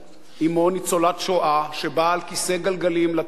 אמו ניצולת שואה שבאה על כיסא גלגלים לטקס הזה